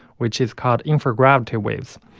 which is called infragravity waves.